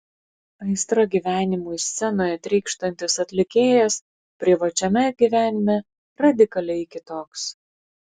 aistra gyvenimui scenoje trykštantis atlikėjas privačiame gyvenime radikaliai kitoks